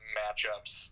matchups